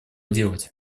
делать